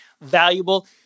valuable